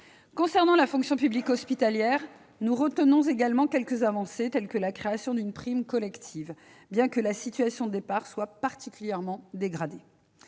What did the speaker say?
Concernant la fonction publique hospitalière, nous retenons également quelques avancées, telle que la création d'une prime collective, bien que la situation de départ soit particulièrement dégradée.